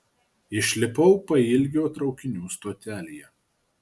išlipau pailgio traukinių stotelėje